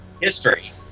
history